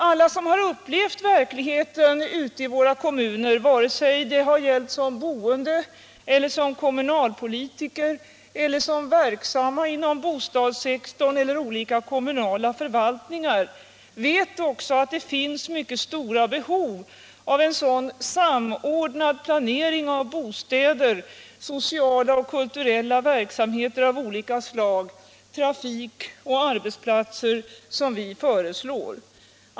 Alla som upplevt verkligheten ute i våra kommuner vare sig som boende, som kommunalpolitiker eller som verksamma inom bostadssektorn eller inom olika kommunala förvaltningar, vet också att det finns mycket stora behov av en samordnad planering av bostäder, av sociala och kulturella verksamheter av olika slag samt av trafik och arbetsplatser på det sätt vi föreslår.